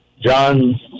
John